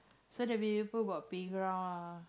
so that'll be the pool got playground ah